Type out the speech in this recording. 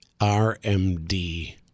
RMD